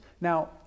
Now